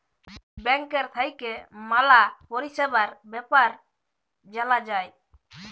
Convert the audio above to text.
ব্যাংকের থাক্যে ম্যালা পরিষেবার বেপার জালা যায়